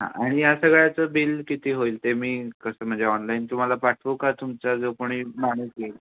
हा आणि या सगळ्याचं बिल किती होईल ते मी कसं म्हणजे ऑनलाईन तुम्हाला पाठवू का तुमचा जो कोणी माणूस येईल